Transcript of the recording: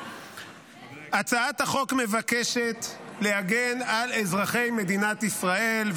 הצעת החוק מבקשת להגן על אזרחי מדינת ישראל,